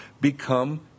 become